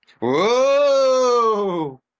Whoa